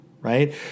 right